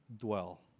Dwell